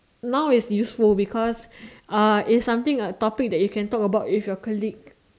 now is useful because uh is something a topic that you can talk about with your colleague